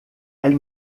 elle